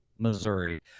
Missouri